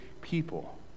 people